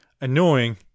annoying